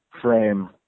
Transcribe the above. frame